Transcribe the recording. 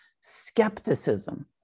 skepticism